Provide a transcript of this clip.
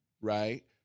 right